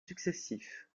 successifs